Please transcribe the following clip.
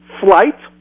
Flight